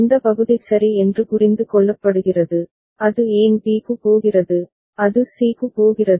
இந்த பகுதி சரி என்று புரிந்து கொள்ளப்படுகிறது அது ஏன் b க்கு போகிறது அது c க்கு போகிறது